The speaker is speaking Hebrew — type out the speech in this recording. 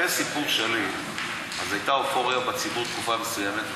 אחרי סיפור שליט הייתה אופוריה בציבור תקופה מסוימת,